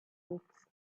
books